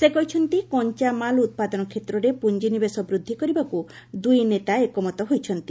ସେ କହିଛନ୍ତି କଞ୍ଚାମାଲ୍ ଉତ୍ପାଦନ କ୍ଷେତ୍ରରେ ପୁଞ୍ଜିନିବେଶ ବୃଦ୍ଧି କରିବାକୁ ଦୁଇ ନେତା ଏକମତ ହୋଇଛନ୍ତି